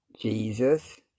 Jesus